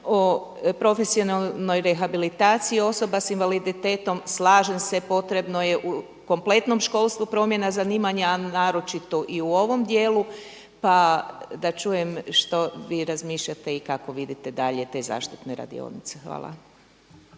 o profesionalnoj rehabilitaciji osoba sa invaliditetom. Slažem se, potrebno je u kompletnom školstvu promjena zanimanja a naročito i u ovom dijelu. Pa da čujem što vi razmišljate i kako vidite dalje te zaštitne radionice. Hvala.